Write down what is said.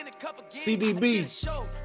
CDB